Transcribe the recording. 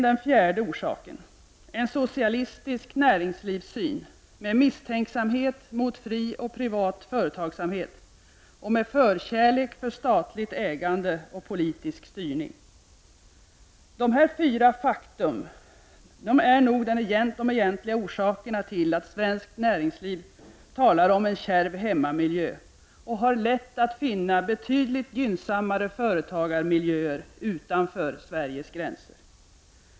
Den fjärde orsaken, slutligen, är en socialistisk näringslivssyn med misstänksamhet mot fri och privat företagsamhet och med förkärlek för statligt ägande och politisk styrning. Dessa fyra faktum är nog de egentliga orsakerna till att svenskt näringsliv talar om en ”kärv hemmamiljö” och har lätt att finna betydligt gynnsammare företagarmiljöer utanför Sveriges gränser.